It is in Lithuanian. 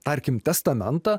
tarkim testamentą